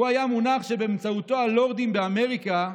היה מונח שבאמצעותו הלורדים באמריקה,